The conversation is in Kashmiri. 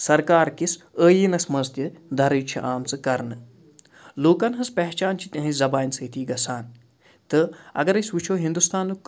سرکار کِس عٲیٖنَس منٛز تہِ درٕج چھِ آمژٕ کَرنہٕ لوٗکن ہٕنٛز پہچان چھِ تِہِنٛز زبانہِ سۭتی گژھان تہٕ اَگر أسۍ وٕچھو ہِندُستانُک